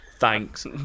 thanks